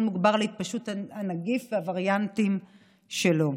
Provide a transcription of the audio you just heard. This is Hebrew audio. מוגבר להתפשטות הנגיף והווריאנטים שלו.